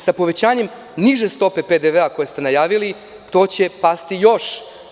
Sa povećanjem niže stope PDV koji ste najavili pašće još.